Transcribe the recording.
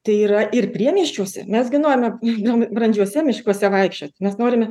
tai yra ir priemiesčiuose mes gi norime brandžiuose miškuose vaikščioti mes norime